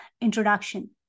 introduction